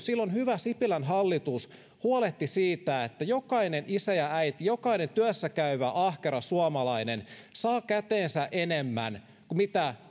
silloin hyvä sipilän hallitus huolehti siitä että jokainen isä ja äiti jokainen työssäkäyvä ahkera suomalainen saa käteensä enemmän kuin mitä